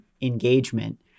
engagement